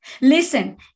Listen